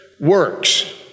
works